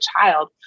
child